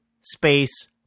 space